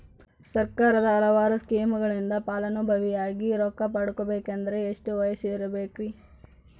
ಸರ್ಕಾರದ ಹಲವಾರು ಸ್ಕೇಮುಗಳಿಂದ ಫಲಾನುಭವಿಯಾಗಿ ರೊಕ್ಕ ಪಡಕೊಬೇಕಂದರೆ ಎಷ್ಟು ವಯಸ್ಸಿರಬೇಕ್ರಿ?